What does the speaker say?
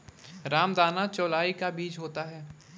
रामदाना चौलाई का बीज होता है